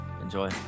Enjoy